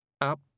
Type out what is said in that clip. Up